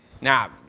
Now